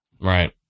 Right